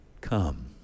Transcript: come